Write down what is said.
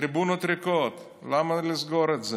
טריבונות ריקות, למה לסגור את זה?